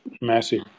massive